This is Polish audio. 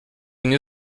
nie